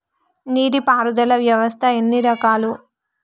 నీటి పారుదల వ్యవస్థ ఎన్ని రకాలు?